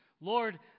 Lord